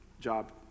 job